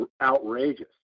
outrageous